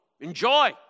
enjoy